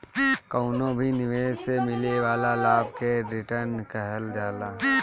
कवनो भी निवेश से मिले वाला लाभ के रिटर्न कहल जाला